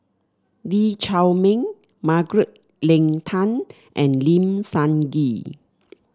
Lee Chiaw Meng Margaret Leng Tan and Lim Sun Gee